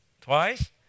Twice